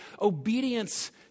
obedience